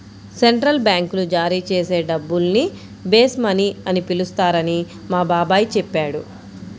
central బ్యాంకులు జారీ చేసే డబ్బుల్ని బేస్ మనీ అని పిలుస్తారని మా బాబాయి చెప్పాడు